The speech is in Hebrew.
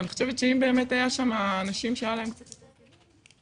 אני חושבת שאם באמת היה שם אנשים שהיה להם קצת יותר כלים,